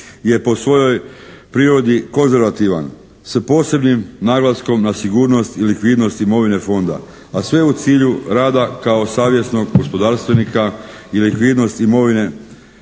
je po svojoj prirodi konzervativan s posebnim naglaskom na sigurnost i likvidnost imovine fonda, a sve u cilju rada kao savjesnog gospodarstvenika i likvidnosti imovine